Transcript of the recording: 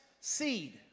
seed